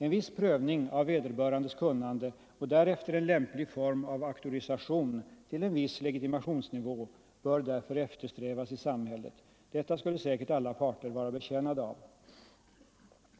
En viss prövning av vederbörandes kunnande och därefter lämplig form av auktorisation, till viss legitimationsnivå, bör därför eftersträvas i samhället. Detta skulle säkert alla parter vara betjänta av.